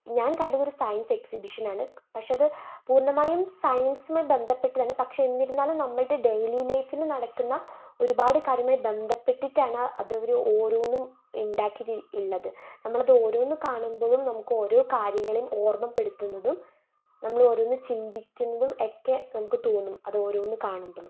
ഞാൻ കണ്ടത് ഒരു സയൻസ് എക്സിബിഷനാണ് പക്ഷേ അത് പൂർണ്ണമായും സയൻസുമായി ബന്ധപ്പെട്ടതാണ് പക്ഷേ എന്നിരുന്നാലും നമ്മളുടെ ഡെയ്ലി ലൈഫിൽ നടക്കുന്ന ഒരുപാട് കാര്യവുമായി ബന്ധപ്പെട്ടിട്ടാണ് അത് അവർ ഓരോന്നും ഉണ്ടാക്കിയിട്ട് ഉള്ളത് നമ്മളത് ഓരോന്ന് കാണുമ്പോഴും നമുക്ക് ഓരോ കാര്യങ്ങളെയും ഓർമ്മപ്പെടുത്തുന്നതും നമ്മൾ ഓരോന്നു ചിന്തിക്കുന്നതും ഒക്കെ നമുക്ക് തോന്നും അത് ഓരോന്ന് കാണുമ്പോഴും